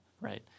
right